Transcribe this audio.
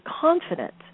confident